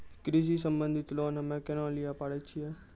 कृषि संबंधित लोन हम्मय केना लिये पारे छियै?